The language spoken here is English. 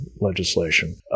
legislation